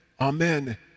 amen